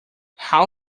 how